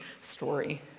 story